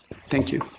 thank you.